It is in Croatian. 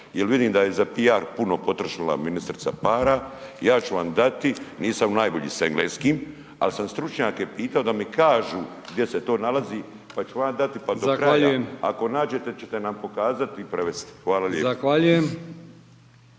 jel vidim da je za piar puno potrošila ministrica para, ja ću vam dati, nisam najbolji s engleskim, al sam stručnjake pitao da mi kažu gdje se to nalazi, pa ću vam dati …/Upadica: Zahvaljujem/…pa …/Govornik se ne razumije/…ako nađete ćete nam pokazati i prevesti. Hvala lijepo.